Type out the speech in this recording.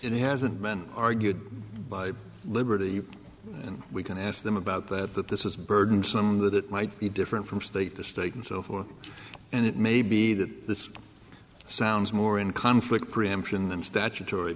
it hasn't been argued by liberty and we can ask them about that that this is burdensome that it might be different from state to state and so forth and it may be that this sounds more in conflict preemption than statutory